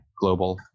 global